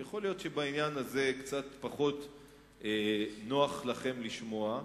יכול להיות שבעניין הזה קצת פחות נוח לכם לשמוע,